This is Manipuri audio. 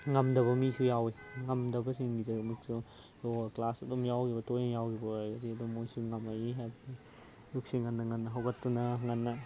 ꯉꯝꯗꯕ ꯃꯤꯁꯨ ꯌꯥꯎꯏ ꯉꯝꯗꯕꯁꯤꯡꯒꯤꯗꯃꯛꯁꯨ ꯌꯣꯒꯥ ꯀ꯭ꯂꯥꯁ ꯑꯗꯨꯝ ꯌꯥꯎꯈꯤꯕ ꯇꯣꯏꯅ ꯌꯥꯎꯈꯤꯕ ꯑꯣꯏꯔꯒꯗꯤ ꯑꯗꯨꯝ ꯃꯣꯏꯁꯤ ꯉꯝꯃꯛꯏ ꯑꯌꯨꯛꯁꯤ ꯉꯟꯅ ꯉꯟꯅ ꯍꯧꯒꯠꯇꯨꯅ ꯉꯟꯅ